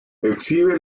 exhibe